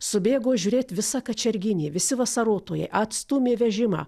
subėgo žiūrėt visa kačerginė visi vasarotojai atstūmė vežimą